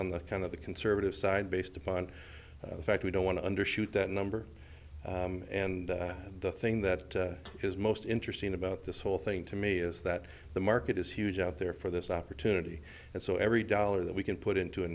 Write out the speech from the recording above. on the kind of the conservative side based upon the fact we don't want to undershoot that number and the thing that is most interesting about this whole thing to me is that the market is huge out there for this opportunity and so every dollar that we can put into